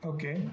Okay